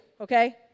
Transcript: okay